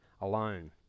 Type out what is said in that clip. alone